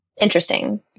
interesting